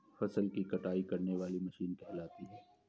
फसल की कटाई करने वाली मशीन कहलाती है?